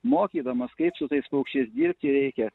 mokydamas kaip su tais paukščiais dirbti reikia